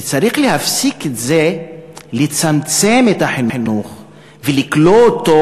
וצריך להפסיק לצמצם את החינוך ולכלוא אותו